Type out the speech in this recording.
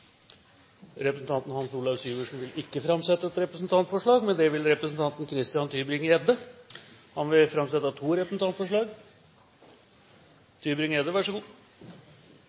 Representanten Hans Olav Syversen vil framsette et representantforslag. Syversen – er ikke til stede – vil ikke framsette et representantforslag, men det vil representanten Christian Tybring-Gjedde. Han vil framsette to representantforslag.